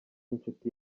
inshuti